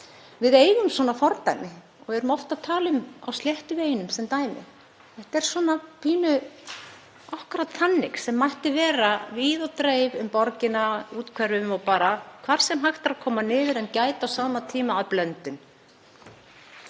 Við eigum svona fordæmi og erum oft að tala um það, á Sléttuveginum sem dæmi. Það er akkúrat þannig sem mætti vera víð og dreif um borgina, í úthverfum og bara hvar sem hægt væri að koma því niður en gæta á sama tíma að blöndun.